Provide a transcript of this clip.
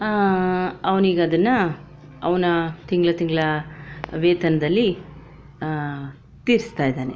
ಅವ್ನು ಈಗ ಅದನ್ನ ಅವನ ತಿಂಗಳ ತಿಂಗಳ ವೇತನದಲ್ಲಿ ತೀರಿಸ್ತಾ ಇದ್ದಾನೆ